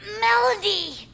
Melody